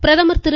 பிரதமர் திரு